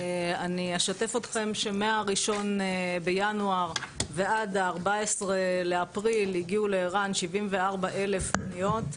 אני אשתף אתכם שמ-1 בינואר ועד 14 באפריל הגיעו לער"ן 74,000 פניות,